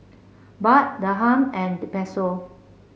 Baht Dirham and Peso